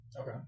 Okay